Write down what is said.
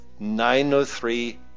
903